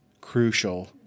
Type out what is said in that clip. crucial